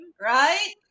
Right